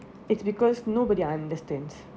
it's because nobody understands